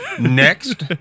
Next